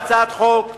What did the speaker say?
מדובר בהצעת חוק מצוינת.